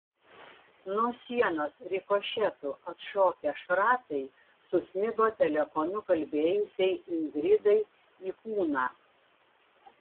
nuo sienos rikošetu atšokę šratai susmigo telefonu kalbėjusiai ingridai į kūną